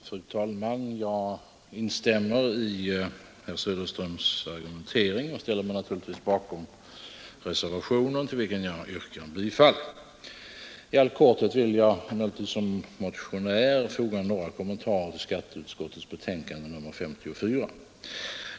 Fru talman! Jag instämmer i herr Söderströms argumentering och ställer mig naturligtvis bakom reservationen, till vilken jag yrkar bifall. I all korthet vill jag emellertid som motionär foga några kommentarer Nr 106 till skatteutskottets betänkande nr 54.